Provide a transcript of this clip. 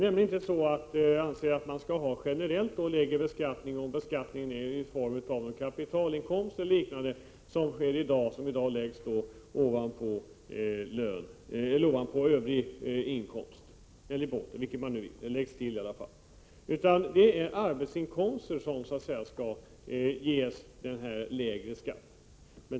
Man bör inte generellt ha lägre beskattning av kapitalinkomster och liknande som i dag läggs ovanpå övrig inkomst, utan det är arbetsinkomster som skall ges denna lägre skatt.